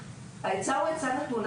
הוא המעסיק של הגננות,